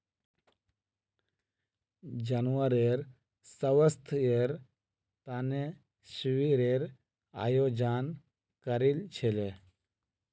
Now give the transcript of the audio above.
जानवरेर स्वास्थ्येर तने शिविरेर आयोजन करील छिले